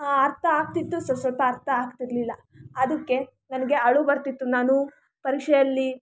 ಅರ್ಥ ಆಗ್ತಿತ್ತು ಸ್ವಲ್ಪ ಸ್ವಲ್ಪ ಅರ್ಥ ಆಗ್ತಿರ್ಲಿಲ್ಲಅದಕ್ಕೆ ನನಗೆ ಅಳು ಬರ್ತಿತ್ತು ನಾನು ಪರೀಕ್ಷೆಯಲ್ಲಿ